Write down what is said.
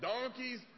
Donkeys